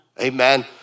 amen